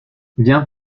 viens